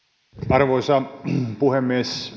arvoisa puhemies